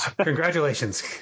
Congratulations